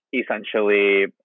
essentially